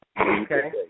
Okay